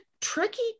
tricky